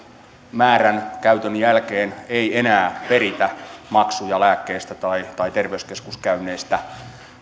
määrän käytön jälkeen ei enää peritä maksuja lääkkeistä tai terveyskeskuskäynneistä